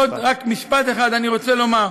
רק עוד משפט אחד אני רוצה לומר.